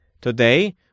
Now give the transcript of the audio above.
Today